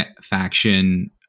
faction